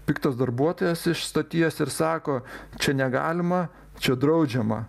piktas darbuotojas iš stoties ir sako čia negalima čia draudžiama